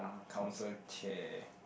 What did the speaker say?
council chair